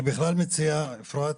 אני בכלל מציע, אפרת,